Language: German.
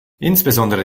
insbesondere